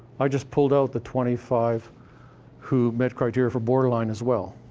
i just pulled out the twenty five who met criteria for borderline, as well.